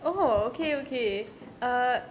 oh okay okay err